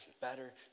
better